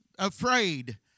Afraid